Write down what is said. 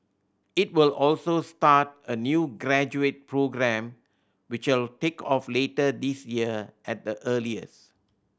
it will also start a new graduate programme which will take off later this year at the earliest